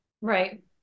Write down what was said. Right